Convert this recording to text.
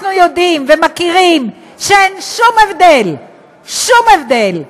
אנחנו יודעים ומכירים שאין שום הבדל שום הבדל,